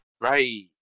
Right